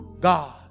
God